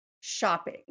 shopping